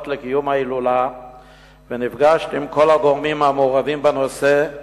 לקיום ההילולה ונפגשתי עם כל הגורמים המעורבים בנושא,